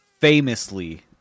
famously